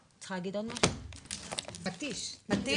הישיבה ננעלה בשעה 11:40.